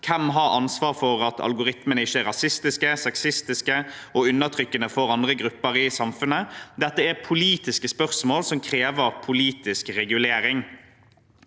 Hvem har ansvaret for at algoritmene ikke er rasistiske, sexistiske og undertrykkende for andre grupper i samfunnet? Dette er politiske spørsmål som krever politisk regulering.